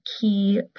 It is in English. key